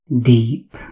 deep